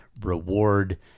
reward